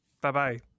Bye-bye